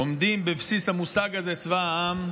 עומדים בבסיס המושג הזה, צבא העם: